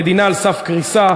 המדינה על סף קריסה,